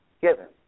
given